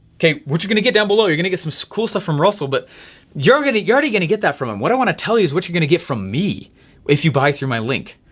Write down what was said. okay, what you're gonna get down below, you're gonna get some so cool stuff from russell, but you're gonna you already gonna get that that from him. what i wanna tell you is what you're gonna get from me if you buy through my link.